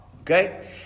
Okay